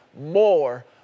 more